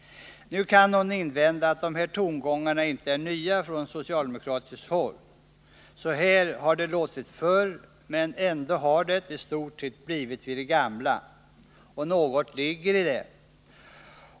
Nu kan någon invända att de här tongångarna från socialdemokratiskt håll inte är nya — så här har det låtit förr, men ändå har det, i stort sett, förblivit vid det gamla. Något ligger det i det resonemanget.